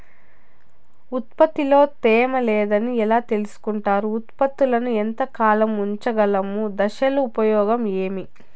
ఉత్పత్తి లో తేమ లేదని ఎలా తెలుసుకొంటారు ఉత్పత్తులను ఎంత కాలము ఉంచగలము దశలు ఉపయోగం ఏమి?